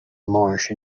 moorish